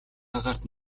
агаарт